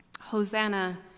Hosanna